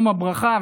יום הברכה,